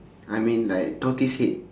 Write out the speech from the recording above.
I mean like tortoise head